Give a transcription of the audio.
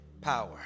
Power